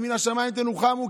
כי מן השמיים תנוחמו,